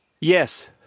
Yes